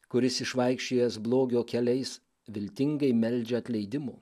kuris išvaikščiojęs blogio keliais viltingai meldžia atleidimo